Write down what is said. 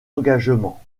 engagement